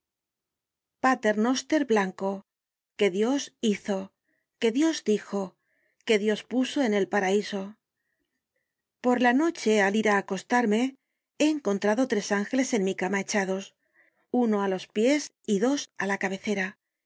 pater noster blanco que dios hizo que dios dijo que dios puso en el paraíso por la noche al ir á acostarme he encontrado tres ángeles en mi cama echados uno á los pies y dos á la cabecera